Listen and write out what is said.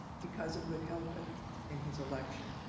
because, it would help him in his election.